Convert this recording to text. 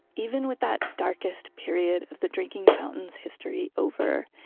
even with that darkest period of the drinking fountain's history over,